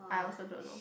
I also don't know